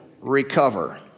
recover